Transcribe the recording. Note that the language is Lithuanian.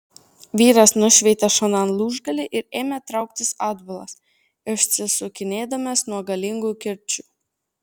vyras nušveitė šonan lūžgalį ir ėmė trauktis atbulas išsisukinėdamas nuo galingų kirčių